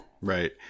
Right